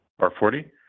R40